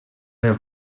les